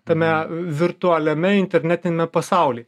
tame virtualiame internetiniame pasaulyje